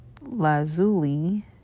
Lazuli